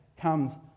comes